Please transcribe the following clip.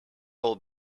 will